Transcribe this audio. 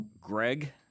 Greg